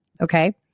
Okay